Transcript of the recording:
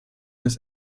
his